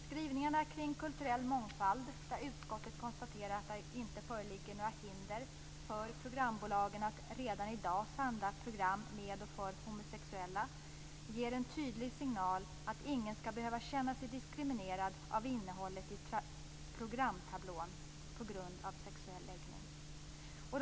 Skrivningarna kring kulturell mångfald, där utskottet konstaterar att det inte föreligger några hinder för programbolagen att redan i dag sända program med och för homosexuella, ger en tydlig signal att ingen skall behöva känna sig diskriminerad av innehållet i programtablån på grund av sexuell läggning.